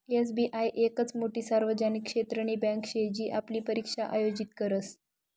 SBI येकच मोठी सार्वजनिक क्षेत्रनी बँके शे जी आपली परीक्षा आयोजित करस